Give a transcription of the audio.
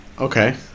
okay